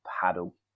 paddle